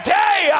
day